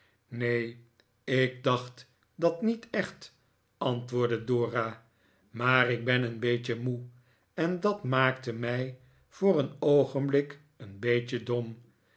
neen ik dacht dat niet echt antwoordde dora maar ik ben een beetje moe en dat maakte mij voor een oogenblik een beetje dom